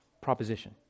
proposition